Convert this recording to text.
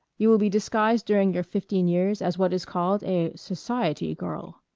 you will be disguised during your fifteen years as what is called a susciety gurl.